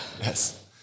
Yes